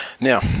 Now